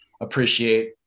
appreciate